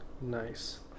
Nice